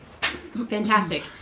Fantastic